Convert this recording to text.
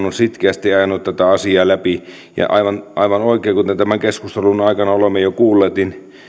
on sitkeästi ajanut tätä asiaa läpi ja aivan aivan oikein kuten tämän keskustelun aikana olemme jo kuulleet